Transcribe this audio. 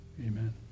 Amen